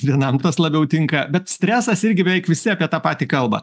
vienam tas labiau tinka bet stresas irgi beveik visi apie tą patį kalba